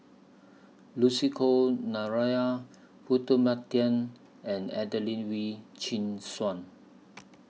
Lucy Koh and Adelene Wee Chin Suan